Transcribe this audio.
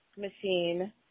machine